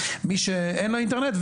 מי שאין לו אינטרנט,